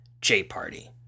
J-Party